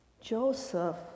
Joseph